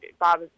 Bob